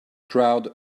crowd